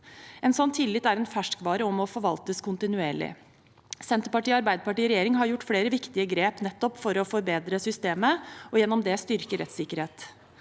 En sånn tillit er en ferskvare og må forvaltes kontinuerlig. Senterpartiet og Arbeiderpartiet i regjering har gjort flere viktige grep nettopp for å forbedre systemet og gjennom det styrke rettssikkerheten.